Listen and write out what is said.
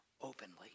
openly